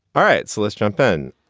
all right. so let's jump in.